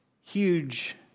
huge